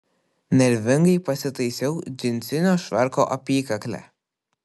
nervingai pasitaisiau džinsinio švarko apykaklę